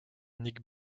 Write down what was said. nick